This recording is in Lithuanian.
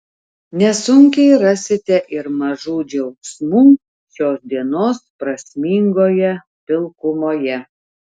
nesunkiai rasite ir mažų džiaugsmų šios dienos prasmingoje pilkumoje